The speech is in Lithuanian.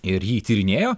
ir jį tyrinėjo